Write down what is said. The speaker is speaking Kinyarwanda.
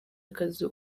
akazi